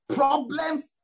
problems